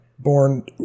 Born